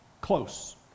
close